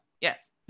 yes